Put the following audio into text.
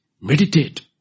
Meditate